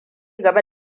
gaba